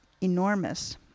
enormous